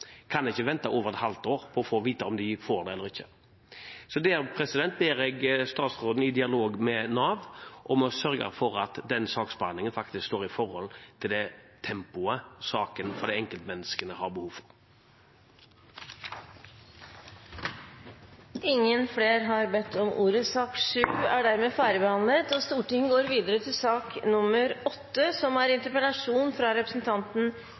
kan ikke vente i over et halvt år på å få vite om de får det eller ikke. Så jeg ber statsråden, i dialog med Nav, sørge for at den saksbehandlingen faktisk står i forhold til det tempoet saken og disse enkeltmenneskene har behov for. Flere har ikke bedt om ordet til sak nr. 7. Utenriksministeren og